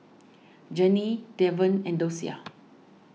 Janie Devon and Dosia